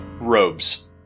robes